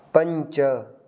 पञ्च